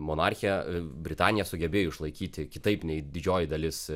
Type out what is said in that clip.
monarchiją britanija sugebėjo išlaikyti kitaip nei didžioji dalis